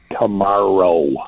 tomorrow